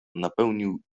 napełnił